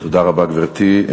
תודה רבה, גברתי.